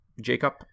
jacob